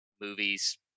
movies